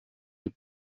est